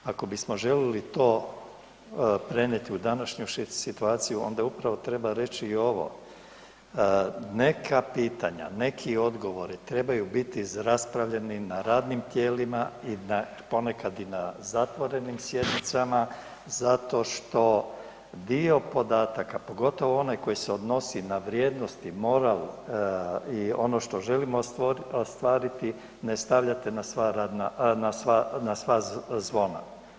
Ako bismo željeli to prenijeti u današnju situaciju onda upravo treba reći i ovo, neka pitanja, neki odgovori trebaju biti raspravljeni na radnim tijelima, ponekad i na zatvorenim sjednicama zašto što dio podataka, pogotovo onaj koji se odnosi na vrijednosti, moral i ono što želimo ostvariti ne stavljate na sva zvona.